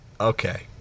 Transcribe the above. Okay